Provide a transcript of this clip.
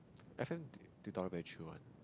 F_M tu~ tutorial very chill one